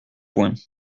point